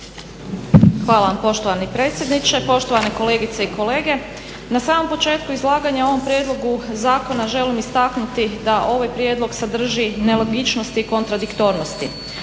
Hvala vam poštovani predsjedniče. Poštovane kolegice i kolege, na samom početku izlaganja o ovom prijedlogu zakona želim istaknuti da ovaj prijedlog sadrži nelogičnosti i kontradiktornosti.